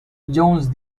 jones